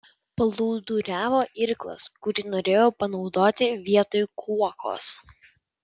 plūduriavo irklas kurį norėjau panaudoti vietoj kuokos